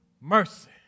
Mercy